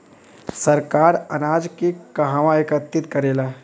सरकार अनाज के कहवा एकत्रित करेला?